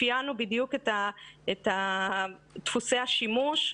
אפיינו בדיוק את דפוסי השימוש.